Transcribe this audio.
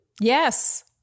Yes